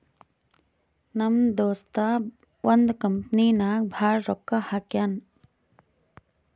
ನಮ್ ದೋಸ್ತ ಒಂದ್ ಕಂಪನಿ ನಾಗ್ ಭಾಳ್ ರೊಕ್ಕಾ ಹಾಕ್ಯಾನ್